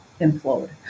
implode